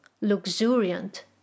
luxuriant